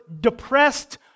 depressed